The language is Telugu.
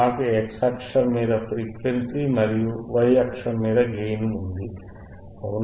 నాకు x అక్షం మీద ఫ్రీక్వెన్సీ ఉంది మరియు y అక్షం మీద గెయిన్ ఉంది అవునా